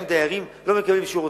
באים דיירים ולא מקבלים את השירותים,